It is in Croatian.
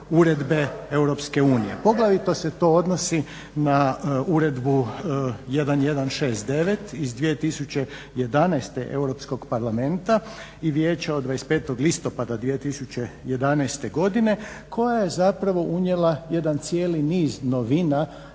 uredbe EU. Poglavito se to odnosi na Uredbu 1169/2011. Europskog parlamenta i vijeća od 25. listopada 2011. godine koja je zapravo unijela jedan cijeli niz novina